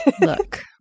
Look